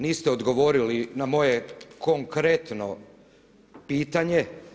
Niste odgovorili na moje konkretno pitanje.